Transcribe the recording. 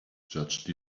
judge